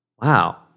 wow